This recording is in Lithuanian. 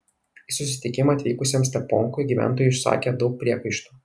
į susitikimą atvykusiam steponkui gyventojai išsakė daug priekaištų